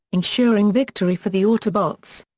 ensuring victory for the autobots.